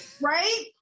Right